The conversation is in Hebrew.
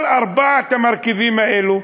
כל ארבעת המרכיבים האלה,